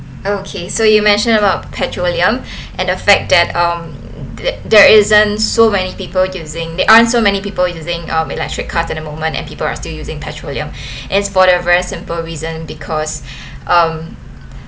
okay so you mentioned about petroleum and affect that um th~ there isn't so many people using there aren't so many people using (um)electric car at the moment and people are still using petroleum as for us it's a very simple reason because um